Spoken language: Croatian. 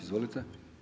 Izvolite.